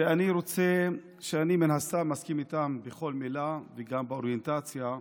ואני מן הסתם מסכים איתם בכל מילה וגם באוריינטציה.